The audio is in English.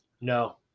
no